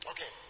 Okay